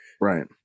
Right